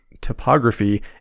topography